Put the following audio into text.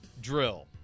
drill